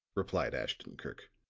replied ashton-kirk,